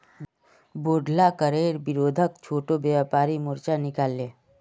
बोढ़ला करेर विरोधत छोटो व्यापारी मोर्चा निकला ले